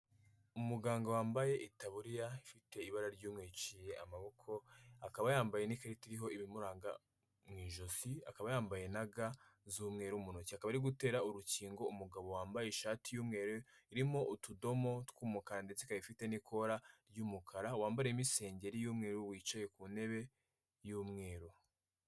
Umuganga wambaye itaburiya ifite ibara ry'umweru yaciye amaboko, akaba yambaye n'ikarita iriho ibimuranga mu ijosi, akaba yambaye na ga z'umweru muntoki akaba ari gutera urukingo umugabo wambaye ishati y'umweru irimo utudomo tw'umukara ndetse ikaba ifite n'ikora ry'umukara, wambariyemo isengeri y'umweru wicaye ku ntebe y'umweru.